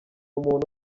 umuntu